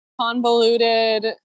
convoluted